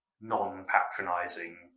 non-patronizing